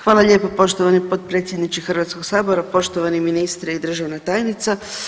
Hvala lijepo poštovani potpredsjedniče Hrvatskog sabora, poštovani ministre i državna tajnica.